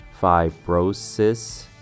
fibrosis